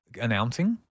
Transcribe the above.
announcing